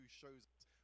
shows